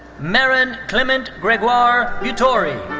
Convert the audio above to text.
marin clement gregoire butori.